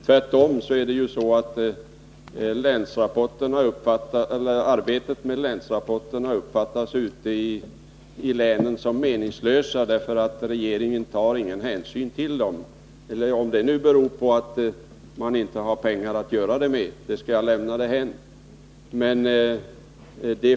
Tvärtom har arbetet med länsrapporterna ute i länen uppfattats som meningslöst därför att regeringen inte tar någon hänsyn till dem — om det nu beror på att man inte har några pengar till det skall jag lämna därhän.